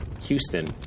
Houston